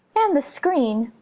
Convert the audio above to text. and the screen!